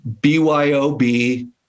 BYOB